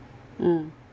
mm